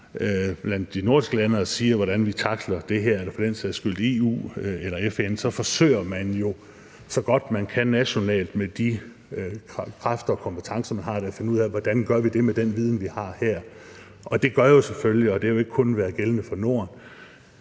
blandt de nordiske lande og taler om, hvordan man tackler det her, og for dens sags skyld heller ikke i EU eller i FN. For så forsøger man nationalt, så godt man kan, med de kræfter og de kompetencer, som man har, at finde ud af, hvordan man gør det her med den viden, vi har her. Det gør jo selvfølgelig – og det har ikke kun været gældende for Norden,